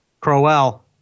Crowell